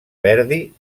verdi